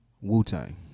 Wu-Tang